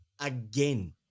again